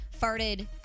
farted